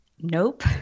Nope